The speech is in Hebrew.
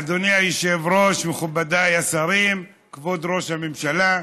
אדוני היושב-ראש, מכובדיי השרים, כבוד ראש הממשלה,